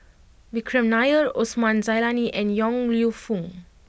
Vikram Nair Osman Zailani and Yong Lew Foong